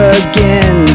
again